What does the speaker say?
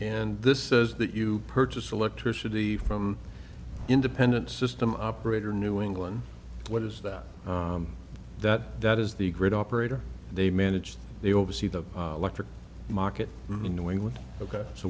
and this is that you purchase electricity from independent system operator new england what is that that that is the grid operator they managed they oversee the electric market in new england ok so